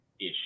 ish